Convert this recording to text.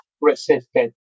resisted